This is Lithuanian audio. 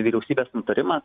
vyriausybės nutarimas